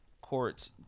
Courts